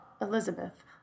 Elizabeth